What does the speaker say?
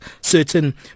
certain